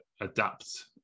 adapt